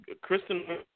Kristen